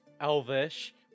Elvish